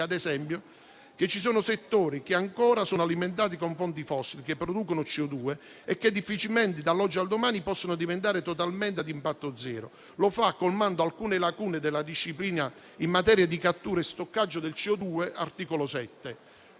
ad esempio che ci sono settori ancora alimentati da fonti fossili che producono CO2 che difficilmente, dall'oggi al domani, possono diventare totalmente a impatto zero e lo fa colmando alcune lacune della disciplina in materia di cattura e stoccaggio di CO2 (articolo 7).